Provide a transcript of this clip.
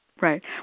Right